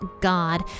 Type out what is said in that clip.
God